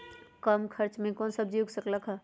कम खर्च मे कौन सब्जी उग सकल ह?